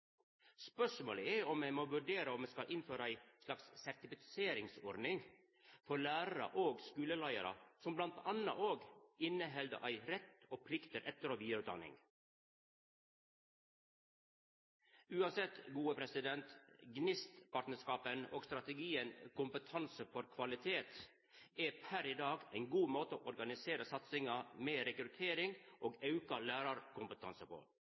Spørsmålet er om me må vurdera å innføra ei slags ordning med sertifiserting for lærarar og skuleleiarar, som bl.a. òg inneheld ein rett og plikt til etter- og vidareutdanning. Uansett: GNIST-partnarskapen og strategien «Kompetanse for kvalitet» er per i dag ein god måte å organisera satsinga med rekruttering og auka lærarkompetanse på.